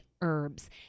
herbs